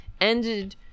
Ended